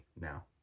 now